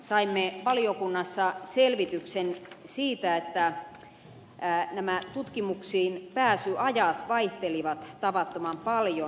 saimme valiokunnassa selvityksen siitä että nämä pääsyajat tutkimuksiin vaihtelivat tavattoman paljon